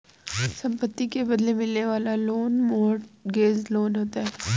संपत्ति के बदले मिलने वाला लोन मोर्टगेज लोन होता है